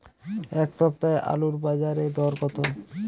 এ সপ্তাহে আলুর বাজারে দর কত?